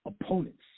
opponents